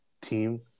team